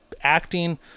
acting